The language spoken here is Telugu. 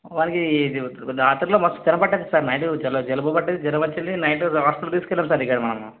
వాడికి రాత్రిలో మస్తు చలి పట్టింది సార్ నైట్ జలుబు పట్టింది జ్వరం వచ్చింది నైట్ డాక్టర్కి తీసుకెళ్ళాం సార్ ఇక్కడ మనము